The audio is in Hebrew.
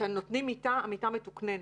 כשנותנים מיטה, המיטה מתוקננת.